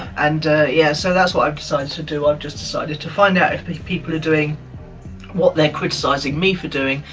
and yeah, so that's what i've decided to do. i've decided to find out if the people are doing what they're criticizing me for doing,